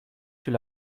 sous